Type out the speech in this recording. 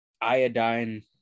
Iodine